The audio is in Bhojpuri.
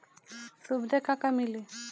सुविधा का का मिली?